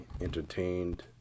entertained